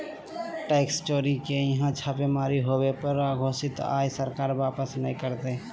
tax चोर के यहां छापेमारी होबो पर अघोषित आय सरकार वापस नय करतय